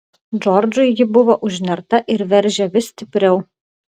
džordžui ji buvo užnerta ir veržė vis stipriau